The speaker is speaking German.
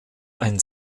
ein